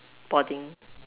boring